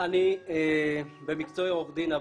אני במקצועי עורך דין.